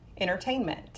entertainment